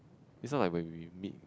this one like when we meet